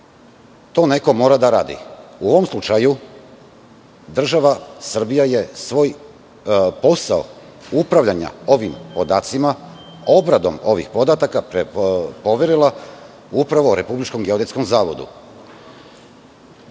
to neko mora da radi. U ovom slučaju, država Srbija je svoj posao upravljanja ovim podacima, obradom ovih podataka, poverila upravo Republičkom geodetskom zavodu. Poslovi